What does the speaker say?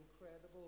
incredible